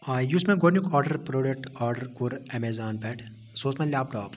آ یُس مےٚ گۄڈنیُک آرڈَر پروڈَکٹ آرڈَر کوٚر اَمیزان پیٚٹھٕ سُہ اوس مےٚ لیپ ٹاپ